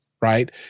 Right